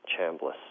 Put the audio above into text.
Chambliss